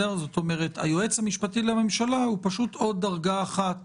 היועץ המשפטי לממשלה הוא פשוט עוד דרגה אחת